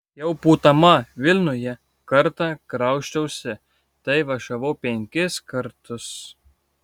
jau būdama vilniuje kartą krausčiausi tai važiavau penkis kartus